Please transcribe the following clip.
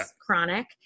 chronic